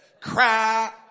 Cry